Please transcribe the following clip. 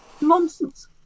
nonsense